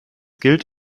gilt